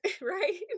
right